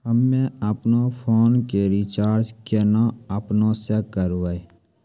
हम्मे आपनौ फोन के रीचार्ज केना आपनौ से करवै?